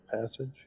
passage